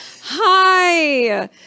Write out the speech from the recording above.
Hi